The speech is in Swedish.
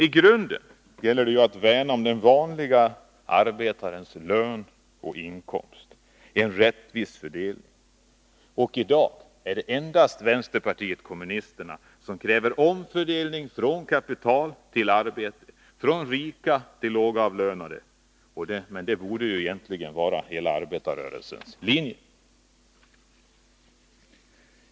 I grunden gäller det att värna om den vanlige arbetarens lön och inkomst, en rättvis fördelning. I dag är det endast vänsterpartiet kommunisterna som kräver omfördelning från kapital till arbete, från rika till lågavlönade. Men det borde egentligen vara hela arbetarrörelsens linje.